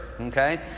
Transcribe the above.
Okay